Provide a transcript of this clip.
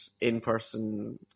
in-person